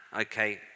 Okay